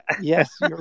Yes